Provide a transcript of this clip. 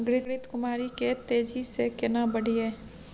घृत कुमारी के तेजी से केना बढईये?